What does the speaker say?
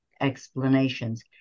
explanations